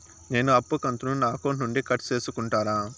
నేను అప్పు కంతును నా అకౌంట్ నుండి కట్ సేసుకుంటారా?